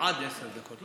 עד עשר דקות.